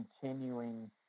continuing